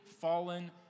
fallen